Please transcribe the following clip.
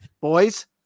boys